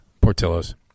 Portillo's